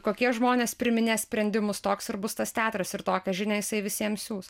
kokie žmonės priiminės sprendimus toks ir bus tas teatras ir tokią žinią jisai visiem siųs